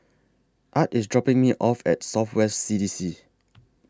Art IS dropping Me off At South West C D C